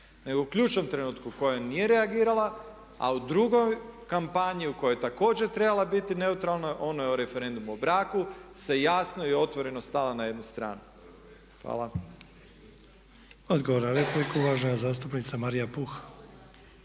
u ključnom trenutku u kojem nije reagirala. A u drugoj kampanji u kojoj je također trebala biti neutralna, onoj o referendumu o braku se jasno i otvoreno stala na jednu stranu. Hvala. **Sanader, Ante (HDZ)** Odgovor na repliku, uvažena zastupnica Marija Puh.